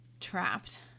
trapped